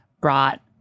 brought